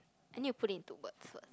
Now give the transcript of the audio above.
I need to put it into words first